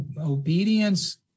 Obedience